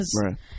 Right